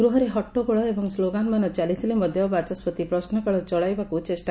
ଗୃହରେ ହଟ୍ଟଗୋଳ ଏବଂ ସ୍କୋଗାନମାନ ଚାଲିଥିଲେ ମଧ୍ଧ ବାଚସ୍ତି ପ୍ରଶ୍କାଳ ଚଳାଇବାକୁ ଚେଷ୍